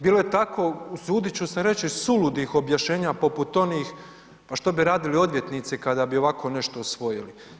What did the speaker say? Bilo je tako, usudit ću se reći, suludih objašnjenja poput onih pa što bi radili odvjetnici kada bi ovako nešto usvojili.